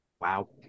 Wow